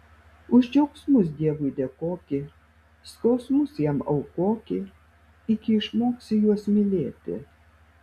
už džiaugsmus dievui dėkoki skausmus jam aukoki iki išmoksi juos mylėti